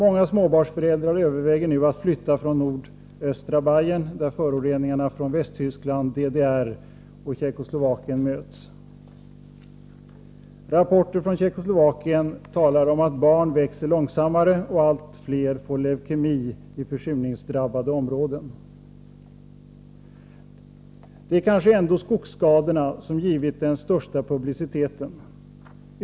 Många småbarnsföräldrar överväger nu att flytta från nordöstra Bayern där föroreningarna från Västtyskland, DDR och Tjeckoslovakien möts.” Rapporter från Tjeckoslovakien talar om att barn växer långsammare och att fler får leukemi i försurningsdrabbade områden. Det är kanske ändå skogsskadorna som givit den största publiciteten.